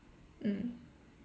mm